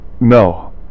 No